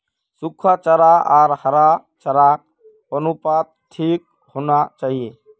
सुखा चारा आर हरा चारार अनुपात ठीक रोह्वा चाहि